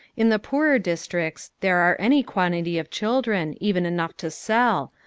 in the poorer districts, there are any quantity of children, even enough to sell,